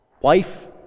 Wife